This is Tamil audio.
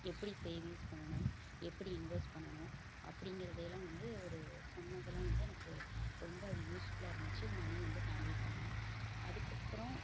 எப்படி சேவிங்ஸ் பண்ணணும் எப்படி இன்வெஸ்ட் பண்ணணும் அப்படிங்கிறதையெல்லாம் வந்து அவர் சொன்னதுலாம் வந்து எனக்கு ரொம்ப அது யூஸ்ஃபுல்லாக இருந்துச்சு மனி வந்து ஹேண்டில் பண்ண அதற்கப்பறம்